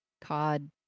COD